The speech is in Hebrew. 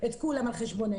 את כולם על חשבוננו?